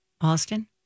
Austin